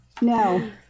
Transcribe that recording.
No